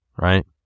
Right